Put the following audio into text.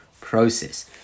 process